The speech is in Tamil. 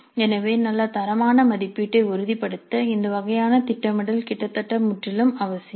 எனவே நல்ல தரமான மதிப்பீட்டை உறுதிப்படுத்த இந்த வகையான திட்டமிடல் கிட்டத்தட்ட முற்றிலும் அவசியம்